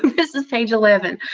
this is page eleven.